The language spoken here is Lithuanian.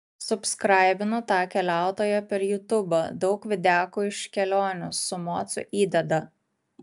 subskraibinu tą keliautoją per jutubą daug videkų iš kelionių su mocu įdeda